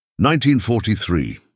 1943